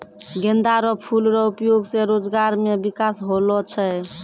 गेंदा रो फूल रो उपयोग से रोजगार मे बिकास होलो छै